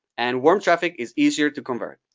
and warm traffic is easier to convert,